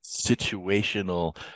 situational